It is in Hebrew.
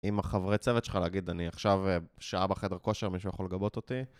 עם החברי צוות שלך להגיד, אני עכשיו שעה בחדר כושר, מישהו יכול לגבות אותי?